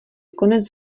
konec